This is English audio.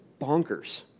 bonkers